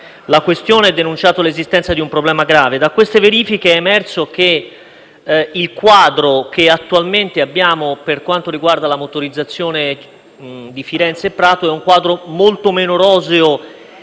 la questione e denunciato l'esistenza di un problema grave. Da queste verifiche è emerso che il quadro che attualmente abbiamo per quanto riguarda la Motorizzazione di Firenze e Prato è molto meno roseo